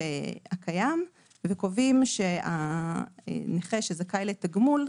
הקיים וקובעים שהנכה שזכאי לתגמול,